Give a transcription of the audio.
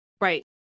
right